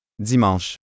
Dimanche